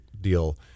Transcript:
deal